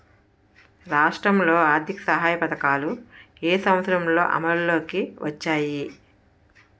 రాష్ట్రంలో ఆర్థిక సహాయ పథకాలు ఏ సంవత్సరంలో అమల్లోకి వచ్చాయి?